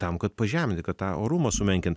tam kad pažeminti kad tą orumą sumenkint